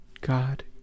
God